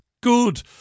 Good